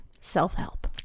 self-help